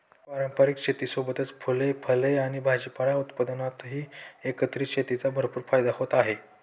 पारंपारिक शेतीसोबतच फुले, फळे आणि भाजीपाला उत्पादनातही एकत्रित शेतीचा भरपूर फायदा होत आहे